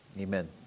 Amen